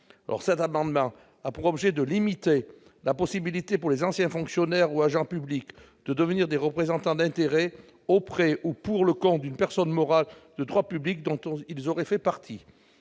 Cet amendement a pour objet de limiter la possibilité pour les anciens fonctionnaires ou agents publics de devenir des représentants d'intérêts auprès ou pour le compte d'une personne morale de droit public dont ils auraient fait partie.